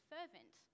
Fervent